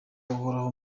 uhoraho